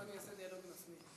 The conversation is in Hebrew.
תכף אני אעשה דיאלוג עם עצמי.